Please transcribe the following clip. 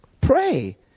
Pray